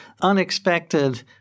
unexpected